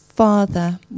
Father